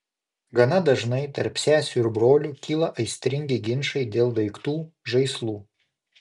gana dažnai tarp sesių ir brolių kyla aistringi ginčai dėl daiktų žaislų